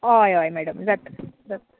हय हय मॅडम जाता जाता